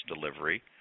delivery